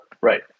Right